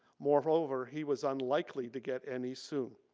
moreover he was unlikely to get any soon.